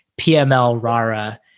PML-RARA